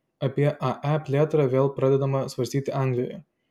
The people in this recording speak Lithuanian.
apie ae plėtrą vėl pradedama svarstyti anglijoje